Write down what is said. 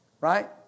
Right